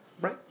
Right